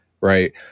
right